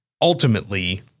ultimately